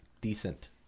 decent